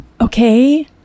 okay